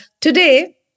today